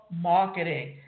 marketing